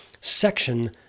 section